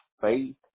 faith